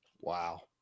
Wow